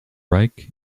reich